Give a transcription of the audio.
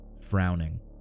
frowning